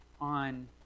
on